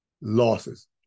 losses